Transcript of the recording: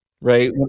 right